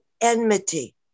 enmity